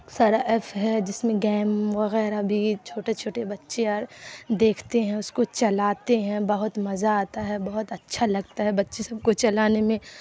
سارا ایف ہے جس میں گیم وغیرہ بھی چھوٹے چھوٹے بچے دیکھتے ہیں اس کو چلاتے ہیں بہت مزہ آتا ہے بہت اچھا لگتا ہے بچے سب کو چلانے میں